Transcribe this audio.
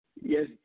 Yes